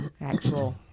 actual